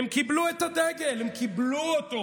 הם קיבלו את הדגל,